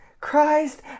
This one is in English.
Christ